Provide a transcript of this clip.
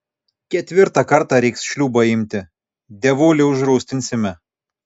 ketvirtą kartą reiks šliūbą imti dievulį užrūstinsime